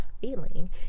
feeling